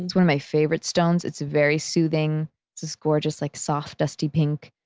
it's one of my favorite stones. it's very soothing. it's this gorgeous like soft dusty pink.